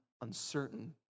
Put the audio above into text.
uncertain